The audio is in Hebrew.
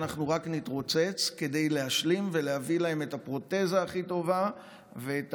שאנחנו רק נתרוצץ כדי להשלים ולהביא להם את הפרוטזה הכי טובה ואת